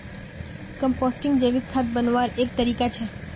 composting जैविक खाद बन्वार एक तरीका छे